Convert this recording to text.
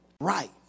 right